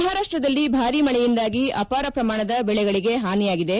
ಮಪಾರಾಷ್ಟದಲ್ಲಿ ಭಾರಿ ಮಳೆಯಿಂದಾಗಿ ಅಪಾರ ಪ್ರಮಾಣದ ಬೆಳೆಗಳಿಗೆ ಪಾನಿಯಾಗಿದೆ